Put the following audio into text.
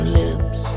lips